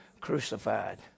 Crucified